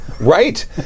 Right